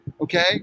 Okay